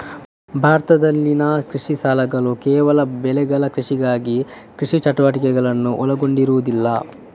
ಭಾರತದಲ್ಲಿನ ಕೃಷಿ ಸಾಲಗಳುಕೇವಲ ಬೆಳೆಗಳ ಕೃಷಿಗಾಗಿ ಕೃಷಿ ಚಟುವಟಿಕೆಗಳನ್ನು ಒಳಗೊಂಡಿರುವುದಿಲ್ಲ